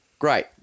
great